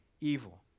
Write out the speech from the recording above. evil